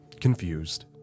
confused